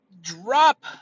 drop